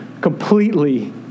completely